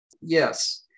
Yes